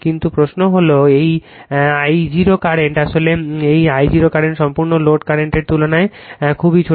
কিন্তু প্রশ্ন হল এই I0 কারেন্ট আসলে এই I0 কারেন্ট সম্পূর্ণ লোড কারেন্টের তুলনায় খুবই ছোট